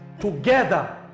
together